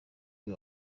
uyu